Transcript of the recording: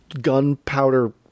gunpowder